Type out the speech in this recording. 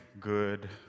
good